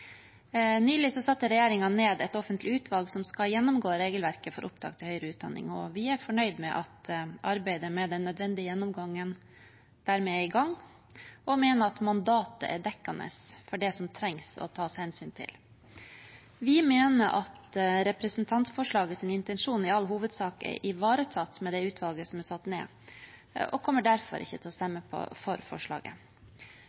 Nylig satte regjeringen ned et offentlig utvalg som skal gjennomgå regelverket for opptak til høyere utdanning. Vi er fornøyd med at arbeidet med den nødvendige gjennomgangen dermed er i gang, og vi mener at mandatet er dekkende for det som trengs å ta hensyn til. Vi mener at intensjonen i representantforslaget i all hovedsak er ivaretatt med det utvalget som er satt ned og kommer derfor ikke til å